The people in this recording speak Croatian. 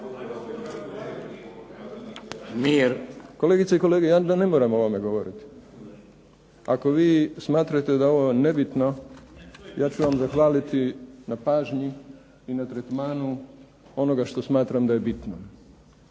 Kolegice i kolege, ja onda ne moram o ovome govoriti. Ako vi smatrate da je ovo nebitno, ja ću vam zahvaliti na pažnji i na tretmanu onoga što smatram da je bitno.